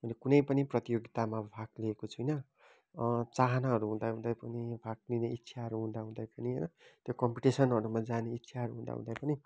मैले कुनै पनि प्रतियोगितामा भाग लिएको छैन चाहनाहरू हुँदाहुँदै पनि भाग लिने इच्छाहरू हुँदाहुँदै पनि त्यो कम्पिटिसिनहरूमा जाने इच्छाहरू हुँदाहुँदै पनि